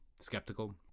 skeptical